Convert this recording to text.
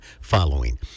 following